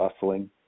bustling